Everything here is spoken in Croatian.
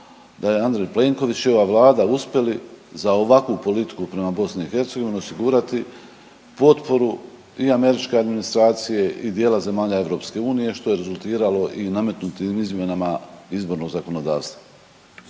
da je Andrej Plenković i ova vlada uspjeli za ovakvu politiku prema BiH osigurati potporu i američke administracije i dijela zemalja EU što je rezultirao i nametnutim izmjenama izbornog zakonodavstva.